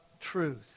truth